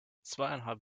zweieinhalb